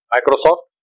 Microsoft